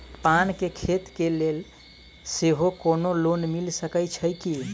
पान केँ खेती केँ लेल सेहो कोनो लोन मिल सकै छी की?